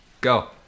Go